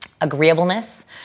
Agreeableness